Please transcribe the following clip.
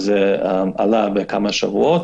גם זה עלה בכמה שבועות.